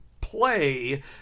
play